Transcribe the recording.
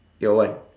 your one